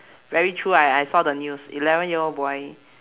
very true I I saw the news eleven year old boy